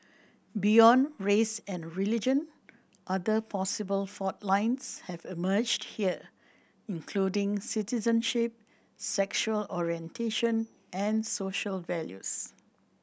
beyond race and religion other possible fault lines have emerged here including citizenship sexual orientation and social values